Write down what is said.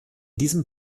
diesem